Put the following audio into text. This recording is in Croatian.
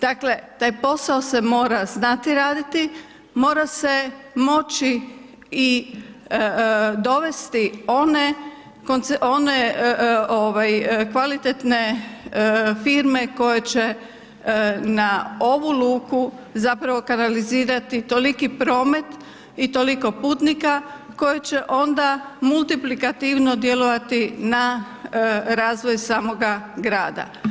Dakle taj posao se mora znati raditi, mora se moći i dovesti one kvalitetne firme koje će na ovu luku zapravo kad kanalizirati toliki promet i toliko putnika koji će onda multiplikativno djelovati na razvoj samoga grada.